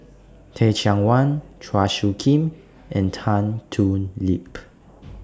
Teh Cheang Wan Chua Soo Khim and Tan Thoon Lip